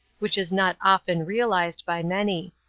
which is not often realized by many.